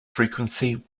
frequency